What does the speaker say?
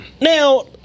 Now